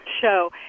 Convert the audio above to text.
show